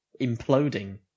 imploding